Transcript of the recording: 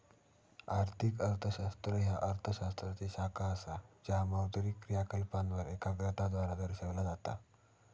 आर्थिक अर्थशास्त्र ह्या अर्थ शास्त्राची शाखा असा ज्या मौद्रिक क्रियाकलापांवर एकाग्रता द्वारा दर्शविला जाता